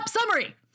Summary*